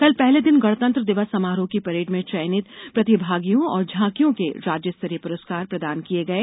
कल पहले दिन गणतंत्र दिवस समारोह की परेड में चयनित प्रतिभागियों और झांकियों के राज्य स्तरीय पुरस्कार प्रदान किये गये